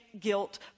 guilt